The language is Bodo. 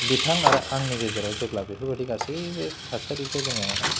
बिथां आरो आंनि गेजेराव जेब्ला बेफोरबायदि गासैबो थासारिखौ जोङो